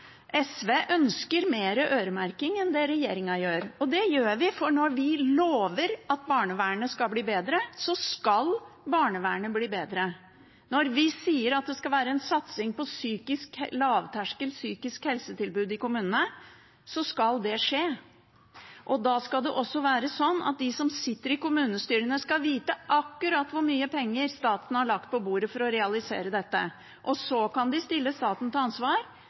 SV ønsker mer øremerking enn det regjeringen gjør. Det gjør vi, for når vi lover at barnevernet skal bli bedre, skal barnevernet bli bedre, og når vi sier det skal være en satsing på lavterskel psykisk helsetilbud i kommunene, skal det skje. Da skal det også være slik at de som sitter i kommunestyrene, skal vite akkurat hvor mye penger staten har lagt på bordet for å realisere dette, og så kan de stille staten til ansvar